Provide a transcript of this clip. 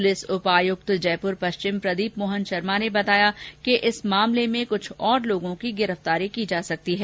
police उपायुक्त जयपुर पश्चिम प्रदीप मोहन शर्मा ने बताया कि इस मामले में कुछ और लोगों की गिरफ्तारी की जा सकती है